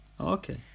Okay